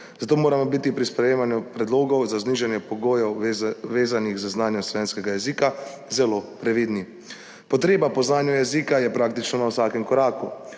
zato moramo biti pri sprejemanju predlogov za znižanje pogojev, vezanih na znanje slovenskega jezika, zelo previdni. Potreba po znanju jezika je praktično na vsakem koraku.